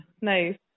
nice